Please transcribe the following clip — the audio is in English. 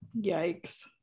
Yikes